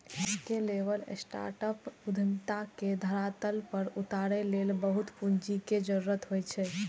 scalable startup उद्यमिता के धरातल पर उतारै लेल बहुत पूंजी के जरूरत होइ छै